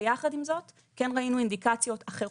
ויחד עם זאת כן ראינו אינדיקציות אחרות,